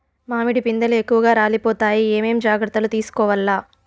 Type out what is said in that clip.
మామిడి పిందెలు ఎక్కువగా రాలిపోతాయి ఏమేం జాగ్రత్తలు తీసుకోవల్ల?